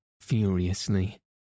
furiously